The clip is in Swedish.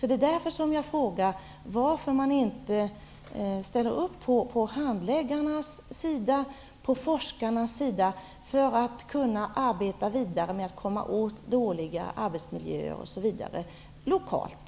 Det är därför som jag frågar varför Vänsterpartiet inte ställer upp på handläggarnas sida och på forskarnas sida, för att kunna arbeta vidare med att komma åt dåliga arbetsmiljöer osv lokalt.